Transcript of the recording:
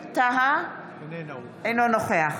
טאהא, אינו נוכח